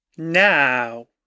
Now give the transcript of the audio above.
Now